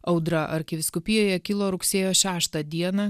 audra arkivyskupijoje kilo rugsėjo šeštą dieną